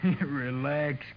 Relax